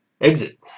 exit